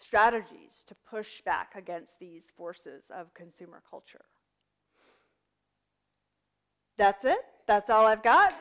strategies to push back against these forces of consumer culture that's it that's all i've got